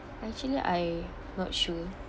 actually I not sure